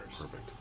perfect